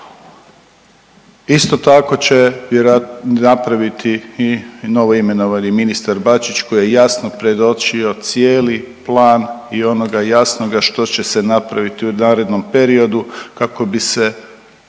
Isto tako će napraviti i novo imenovani Bačić koji je jasno predočio cijeli plan i onoga jasnoga što će se napraviti u narednom periodu kako bi se